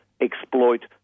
exploit